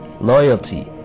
loyalty